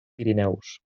pirineus